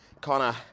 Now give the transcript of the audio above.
Connor